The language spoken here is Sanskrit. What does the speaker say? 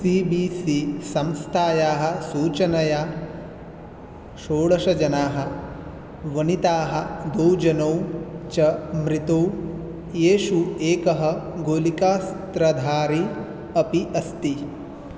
सी बी सी संस्थायाः सूचनया षोडषजनाः वणिताः द्वौ जनौ च मृतौ येषु एकः गोलिकास्त्रधारी अपि अस्ति